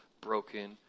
broken